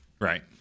Right